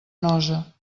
nosa